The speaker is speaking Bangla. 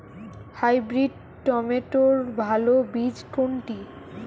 হাইব্রিড টমেটোর ভালো বীজ কোনটি?